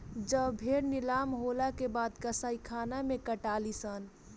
जब भेड़ नीलाम होला के बाद कसाईखाना मे कटाली सन